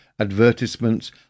advertisements